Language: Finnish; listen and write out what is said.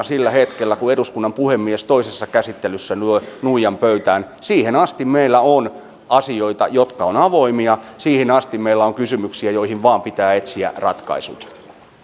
sillä hetkellä kun eduskunnan puhemies toisessa käsittelyssä lyö nuijan pöytään siihen asti meillä on asioita jotka ovat avoimia siihen asti meillä on kysymyksiä joihin vain pitää etsiä ratkaisut